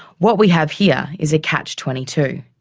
what we have here is a catch twenty two.